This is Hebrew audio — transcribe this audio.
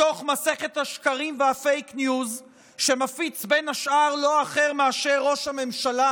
בתוך מסכת השקרים והפייק ניוז שמפיץ בין השאר לא אחר מאשר ראש הממשלה,